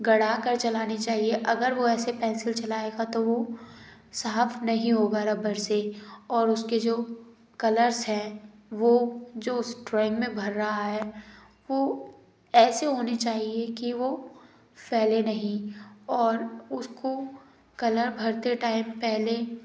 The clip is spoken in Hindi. गड़ा कर चलानी चाहिए अगर वो ऐसे पेंसिल चलाएगा तो वो साफ नहीं होगा रबड़ से और उसके जो कलर्स हैं वो जो उस ड्राॅइंग में भर रहा है वो ऐसे होने चाहिए कि वो फ़ैले नहीं और उसको कलर भरते टाइम पहले